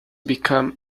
became